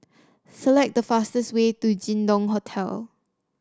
select the fastest way to Jin Dong Hotel